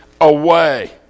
away